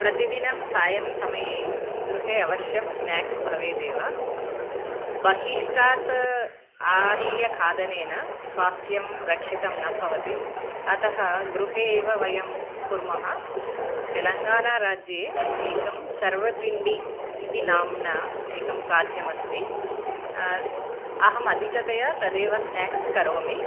प्रतिदिनं सायं समये गृहे अवश्यं स्न्याक्स् भवेदेव बहिष्टात् आनीय खादनेन स्वास्थ्यं रक्षितं न भवति अतः गृहे एव वयं कुर्मः तेलङ्गाणाराज्ये एकं सर्वपिण्डि इति नाम्ना एकं खाद्यमस्ति अहमधिकतया तदेव स्न्याक्स् करोमि